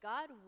God